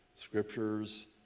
Scriptures